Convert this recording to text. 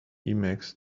emacs